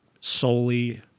solely